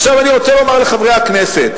עכשיו אני רוצה לומר לחברי הכנסת,